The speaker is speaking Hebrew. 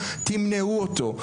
תמנעו אותו.